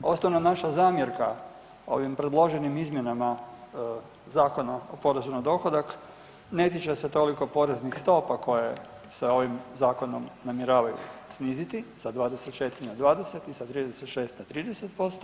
Osnovna naša zamjerka ovim predloženim izmjenama Zakona o porezu na dohodak ne tiče se toliko poreznih stopa koje se ovim zakonom namjeravaju sniziti sa 24 na 20 i sa 36 na 30%